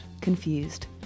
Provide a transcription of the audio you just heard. Confused